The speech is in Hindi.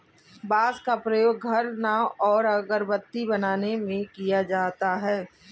बांस का प्रयोग घर, नाव और अगरबत्ती बनाने में किया जाता है